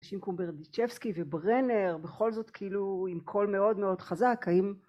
ישים קומברדיצ'בסקי וברנר בכל זאת כאילו עם קול מאוד מאוד חזק האם